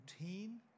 routine